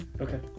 Okay